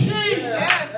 Jesus